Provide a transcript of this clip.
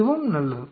இதுவும் நல்லது